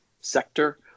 sector